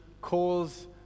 calls